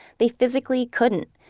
they physically couldn't.